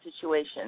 situation